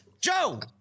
Joe